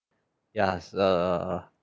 ya err